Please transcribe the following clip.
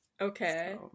Okay